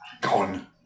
Gone